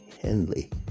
Henley